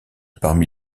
parmi